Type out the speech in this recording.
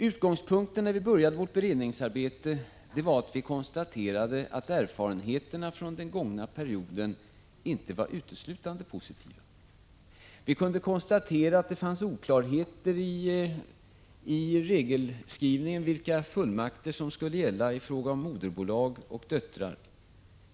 Utgångspunkten när vi började vårt beredningsarbete var konstaterandet att erfarenheterna från den gångna perioden inte var uteslutande positiva. Vi kunde konstatera att det fanns oklarheter i regelskrivningen när det gällde vilka fullmakter som skulle gälla i fråga om moderbolag och dotterbolag.